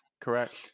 Correct